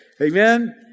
Amen